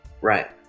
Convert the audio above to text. Right